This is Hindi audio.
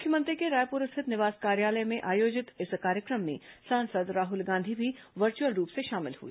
मुख्यमंत्री के रायपुर स्थित निवास कार्यालय में आयोजित इस कार्यक्रम में सांसद राहुल गांधी भी वर्च्अल रूप से शामिल हुए